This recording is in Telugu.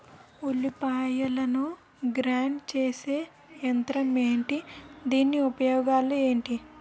ఉల్లిపాయలను గ్రేడ్ చేసే యంత్రం ఏంటి? దాని ఉపయోగాలు ఏంటి?